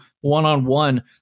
one-on-one